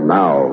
now